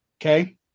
okay